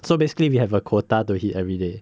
so basically we have a quota to hit everyday